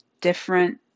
different